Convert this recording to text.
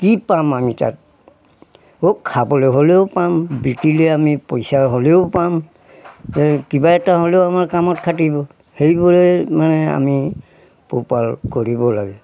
কি পাম আমি তাত ও খাবলৈ হ'লেও পাম বিকিলে আমি পইচা হ'লেও পাম কিবা এটা হ'লেও আমাৰ কামত খাটিব সেইবোৰে মানে আমি পোহপাল কৰিব লাগে